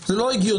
זה לא הגיוני.